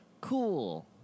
cool